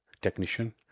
technician